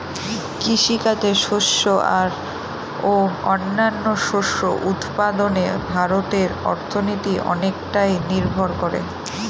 কৃষিকাজে শস্য আর ও অন্যান্য শস্য উৎপাদনে ভারতের অর্থনীতি অনেকটাই নির্ভর করে